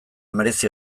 merezi